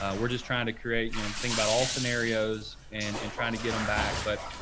ah we're just trying to create, you know, think about all scenarios and and trying to get them back. but,